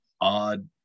odd